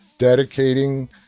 dedicating